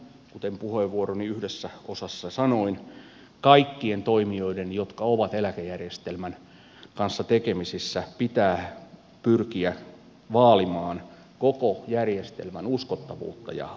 kuten puheenvuoroni yhdessä osassa sanoin kaikkien toimijoiden jotka ovat eläkejärjestelmän kanssa tekemisissä pitää pyrkiä vaalimaan koko järjestelmän uskottavuutta ja luotettavuutta